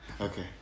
Okay